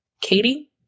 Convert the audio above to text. Katie